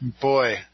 boy